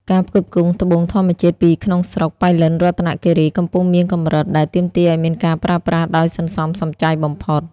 ការផ្គត់ផ្គង់ត្បូងធម្មជាតិពីក្នុងស្រុក (ប៉ៃលិន រតនគិរី) កំពុងមានកម្រិត ដែលទាមទារឱ្យមានការប្រើប្រាស់ដោយសន្សំសំចៃបំផុត។